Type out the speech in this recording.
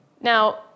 Now